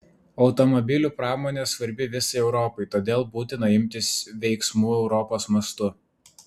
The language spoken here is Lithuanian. automobilių pramonė svarbi visai europai todėl būtina imtis veiksmų europos mastu